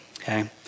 Okay